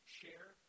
share